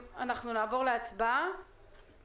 נעבור להצבעה על